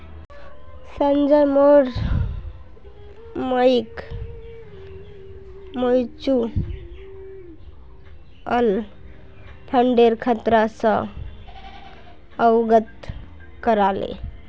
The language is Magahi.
संजय मोर मइक म्यूचुअल फंडेर खतरा स अवगत करा ले